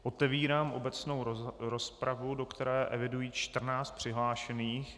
Otevírám obecnou rozpravu, do které eviduji 14 přihlášených.